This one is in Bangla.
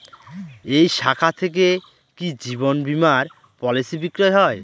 এই শাখা থেকে কি জীবন বীমার পলিসি বিক্রয় হয়?